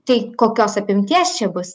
tai kokios apimties čia bus